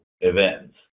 events